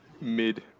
mid